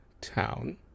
town